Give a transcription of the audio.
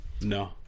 No